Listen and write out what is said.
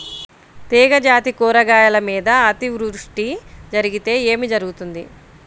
తీగజాతి కూరగాయల మీద అతివృష్టి జరిగితే ఏమి జరుగుతుంది?